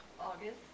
August